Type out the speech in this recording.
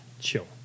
Chill